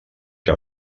que